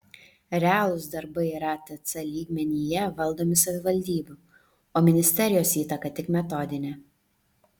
realūs darbai ratc lygmenyje valdomi savivaldybių o ministerijos įtaka tik metodinė